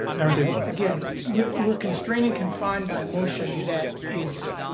aaron david miller. again, we're we're constrained and confined by a motion that is,